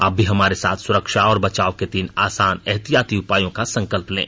आप भी हमारे साथ सुरक्षा और बचाव के तीन आसान एहतियाती उपायों का संकल्प लें